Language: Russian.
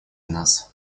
нас